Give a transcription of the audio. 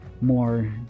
more